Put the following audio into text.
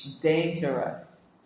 dangerous